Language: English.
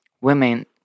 Women